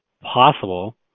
possible